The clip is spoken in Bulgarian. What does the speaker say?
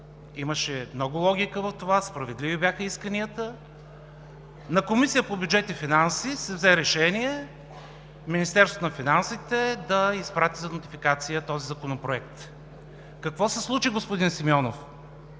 имаше много логика, справедливи бяха исканията. На Комисията по бюджет и финанси се взе решение Министерството на финансите да изпрати за нотификация този законопроект. Какво се случи, господин Симеонов?